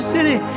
City